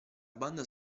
banda